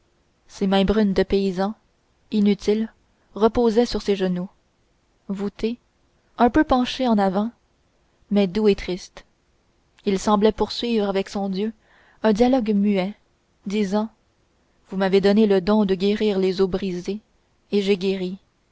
ses mains brunes de paysan inutiles reposaient sur ses genoux voûté un peu penché en avant doux et triste il semblait poursuivre avec son dieu un dialogue muet disant vous m'avez donné le don de guérir les os brisés et j'ai guéri